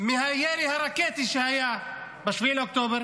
מהירי הרקטי שהיה ב-7 באוקטובר